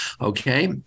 Okay